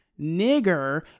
nigger